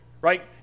right